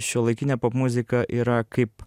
šiuolaikinė popmuzika yra kaip